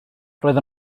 roedd